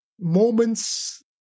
moments